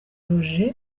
roger